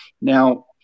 now